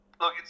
look